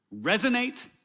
Resonate